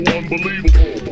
unbelievable